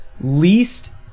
least